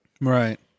Right